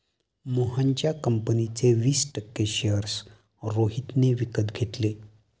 मोहनच्या कंपनीचे वीस टक्के शेअर्स रोहितने विकत घेतले